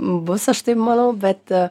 bus aš taip manau bet